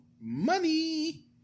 money